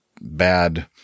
bad